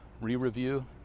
re-review